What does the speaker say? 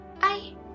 Bye